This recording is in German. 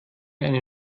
eine